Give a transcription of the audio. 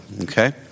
okay